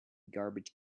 garbage